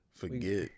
Forget